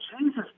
Jesus